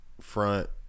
front